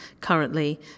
currently